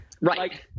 Right